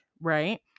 right